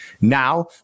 Now